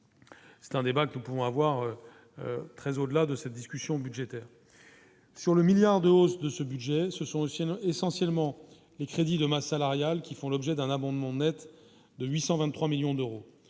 C'est un débat que nous pouvons avoir très au delà de cette discussion budgétaire. Sur le milliard de hausse de ce budget, ce sont aussi essentiellement les crédits de masse salariale qui font l'objet d'un abondement Net de 823 millions d'euros,